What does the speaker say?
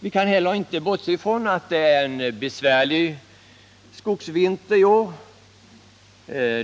Vi kan heller inte bortse från att det är en besvärlig vinter i år.